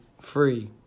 free